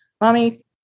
Mommy